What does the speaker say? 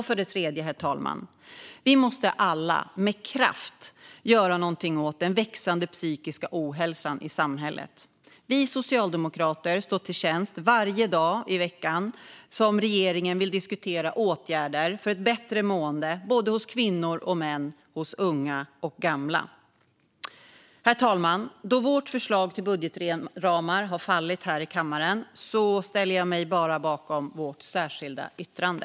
För det tredje, herr talman: Vi måste alla med kraft göra någonting åt den växande psykiska ohälsan i samhället. Socialdemokraterna står till tjänst varje dag i veckan som regeringen vill diskutera åtgärder för ett bättre mående hos kvinnor, män, unga och gamla. Herr talman! Då vårt förslag till budgetramar har fallit här i kammaren ställer jag mig bara bakom vårt särskilda yttrande.